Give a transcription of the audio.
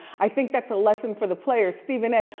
i think that's a lesson for the players, stephen a,